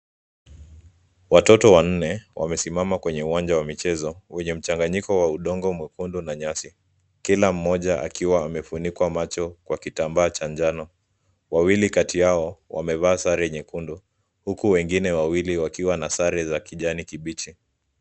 Watoto wanne wamesimama kwenye uwanja wa michezo wenye mchanganyiko wa udongo mwekundu na nyasi. Kila mmoja akiwa amefunikwa macho kwa kitambaa cha njano. Wawili kati yao wamevaa sare nyekundu, huku wengine wawili wakiwa na sare za kijani kibichi.